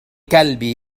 كلبي